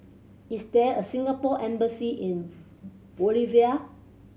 is there a Singapore Embassy in Bolivia